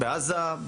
בעזה,